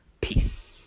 Peace